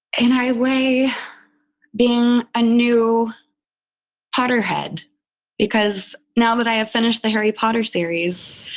and i weigh being a new potterhead because now that i have finished the harry potter series,